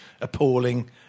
appalling